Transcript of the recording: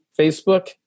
Facebook